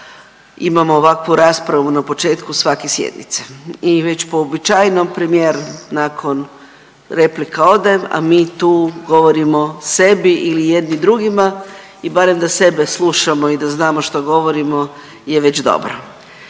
imamo ovakvu raspravu na početku svake sjednice i već po uobičajenom premijer nakon replika ode, a mi tu govorimo sebi ili jedni drugima. I barem da sebe slušamo i da znamo što govorimo je već dobro.